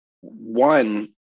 one